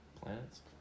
planets